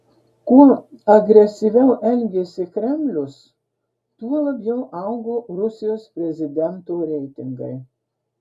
kuo agresyviau elgėsi kremlius tuo labiau augo rusijos prezidento reitingai